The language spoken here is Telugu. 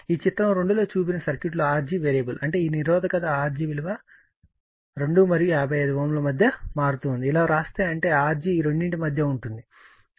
ఈ చిత్రం 2 లో చూపిన సర్క్యూట్లో Rg వేరియబుల్ అంటే ఈ నిరోధకత Rg విలువ 2 మరియు 55 Ω మధ్య మారుతుంది ఇలా వ్రాస్తే అంటే Rg ఈ రెండింటి మధ్య ఉంటుందని దీని అర్థం మరియు 55 Ω